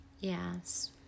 Yes